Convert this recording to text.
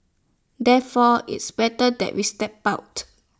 therefore it's better that we step out